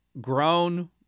grown